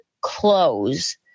close